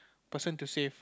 person to save